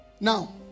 now